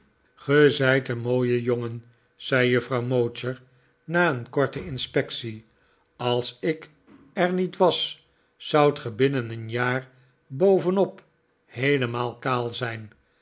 zijt een mooie jongen zei juffrouw mowcher na een korte inspectie als ik er niet was zoudt ge binnen een jaar bovenop heelemaal kaal zijn